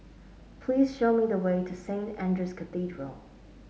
please show me the way to Saint Andrew's Cathedral